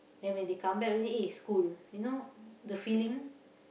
then when they come back only eh school you know the feeling